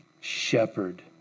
shepherd